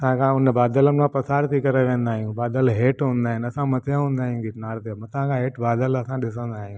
असां छा हुन बादल खां पसार थी करे वेंदा आहियूं बादल हेठि हूंदा आहिनि असां मथे हूंदा आहियूं गिरनार ते मथा खां हेठि बादल असां ॾिसंदा आहियूं गिरनार